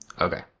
Okay